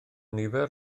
nifer